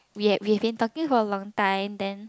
we had we had been talking for a long time then